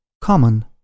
common